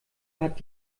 hat